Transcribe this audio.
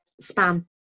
Span